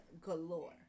galore